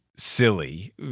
Silly